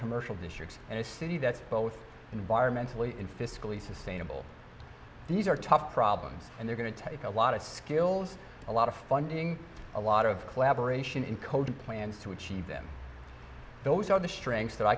commercial districts and a city that's both environmentally in fiscally sustainable these are tough problems and they're going to take a lot of skills a lot of funding a lot of collaboration in kota plan to achieve them those are the strengths that i